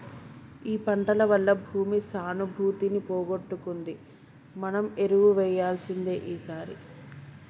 ఈ పంటల వల్ల భూమి సానుభూతిని పోగొట్టుకుంది మనం ఎరువు వేయాల్సిందే ఈసారి